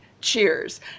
cheers